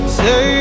say